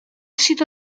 sido